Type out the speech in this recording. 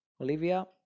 Olivia